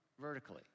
vertically